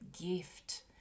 gift